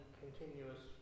continuous